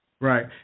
Right